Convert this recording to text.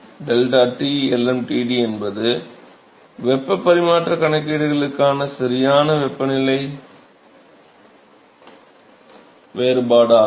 ΔT lmtd என்பது வெப்ப பரிமாற்ற கணக்கீடுகளுக்கான சரியான வெப்பநிலை வேறுபாடு ஆகும்